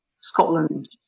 Scotland